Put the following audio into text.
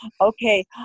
okay